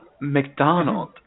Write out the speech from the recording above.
mcdonald